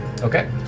Okay